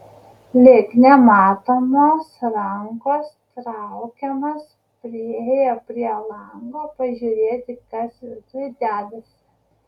lyg nematomos rankos traukiamas priėjo prie lango pažiūrėti kas viduj dedasi